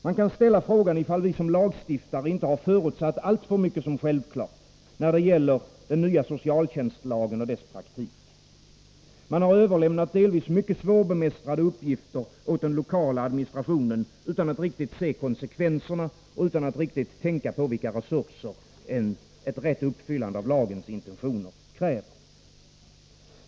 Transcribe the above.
Man kan ställa frågan, ifall vi som lagstiftare inte har förutsatt alltför mycket som självklart när det gäller den nya socialtjänstlagen och dess praktik. Man har överlämnat delvis mycket svårbemästrade uppgifter åt den lokala administrationen utan att riktigt se konsekvenserna och utan att riktigt tänka på vilka resurser ett uppfyllande av lagens intentioner kräver.